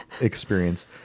experience